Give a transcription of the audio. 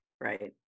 Right